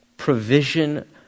provision